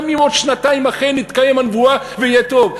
גם אם בעוד שנתיים אכן תתקיים הנבואה, ויהיה טוב.